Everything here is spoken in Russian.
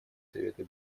совета